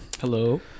hello